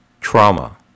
Trauma